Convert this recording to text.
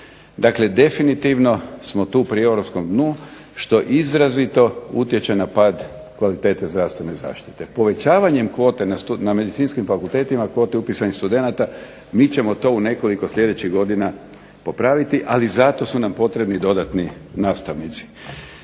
Dakle definitivno smo pri Europskom dnu što izrazito utječe na pad kvalitete zdravstvene zaštite. Povećavanjem kvote na medicinskim fakultetima, kvote upisanih studenata mi ćemo to u nekoliko sljedećih godina popraviti ali zato su nam potrebni dodatni nastavnici.